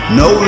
no